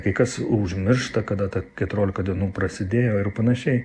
kai kas užmiršta kada ta keturiolika dienų prasidėjo ir panašiai